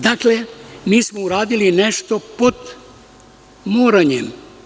Dakle, mi smo uradili nešto pod moranjem.